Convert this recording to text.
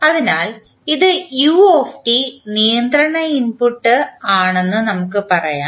അതിനാൽ ഇത് u നിയന്ത്രണ ഇൻപുട്ടാണെന്ന് നമുക്ക് പറയാം